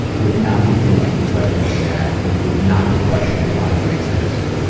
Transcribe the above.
would not be feeling incredibly sad and you would not be questioning why you exist.